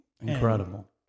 Incredible